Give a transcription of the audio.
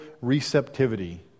receptivity